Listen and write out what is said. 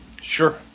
Sure